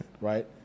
Right